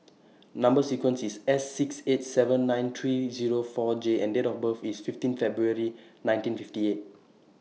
Number sequence IS S six eight seven nine three Zero four J and Date of birth IS fifteen February nineteen fifty eight